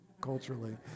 culturally